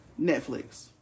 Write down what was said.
Netflix